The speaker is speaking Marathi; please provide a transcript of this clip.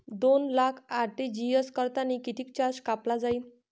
दोन लाख आर.टी.जी.एस करतांनी कितीक चार्ज कापला जाईन?